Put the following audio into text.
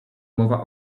mowa